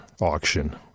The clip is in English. auction